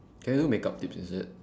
can you do makeup tips is it